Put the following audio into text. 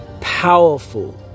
powerful